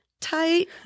tight